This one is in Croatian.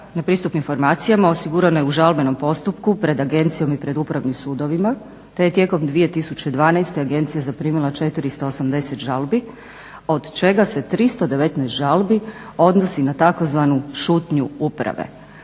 na pristup informacijama osigurana je u žalbenom postupku pred agencijom i pred upravnim sudovima te je tijekom 2012. agencija zaprimila 480 žalbi od čega se 319 žalbi odnosi na tzv. "šutnju uprave",